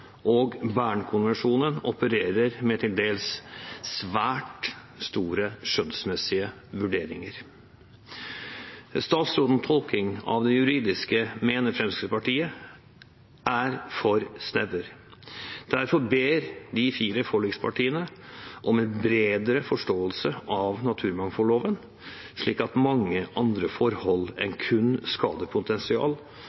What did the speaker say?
og Bern-konvensjonen opererer med til dels svært store skjønnsmessige vurderinger. Statsrådens tolkning av det juridiske er for snever, mener Fremskrittspartiet. Derfor ber de fire forlikspartiene om en bredere forståelse av naturmangfoldloven, slik at mange andre forhold